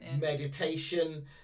Meditation